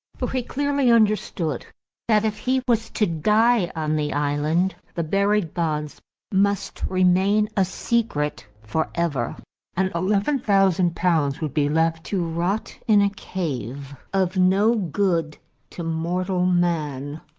for he clearly understood that if he was to die on the island, the buried bonds must remain a secret for ever and eleven thousand pounds would be left to rot in a cave, of no good to mortal man,